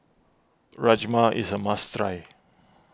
Rajma is a must try